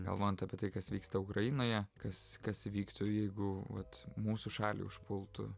galvojant apie tai kas vyksta ukrainoje kas kas įvyktų jeigu vat mūsų šalį užpultų